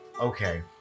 okay